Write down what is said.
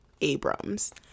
Abrams